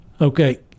okay